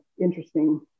interesting